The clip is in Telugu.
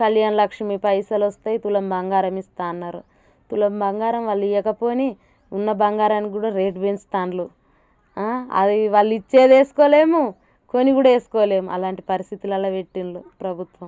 కళ్యాణ లక్ష్మీ పైసలొస్తాయి తులం బంగారం ఇస్తా అన్నారు తులం బంగారం వాళ్ళివ్వకపోని ఉన్న బంగారానికి కూడా రేటు పెంచుతాంల్లు అది వాళ్ళిచ్చేదేసుకోలేము కొని కూడా వేసుకోలేము అలాంటి పరిస్థితులల్లో పెట్టింల్లు ప్రభుత్వం